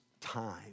time